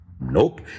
Nope